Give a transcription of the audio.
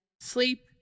sleep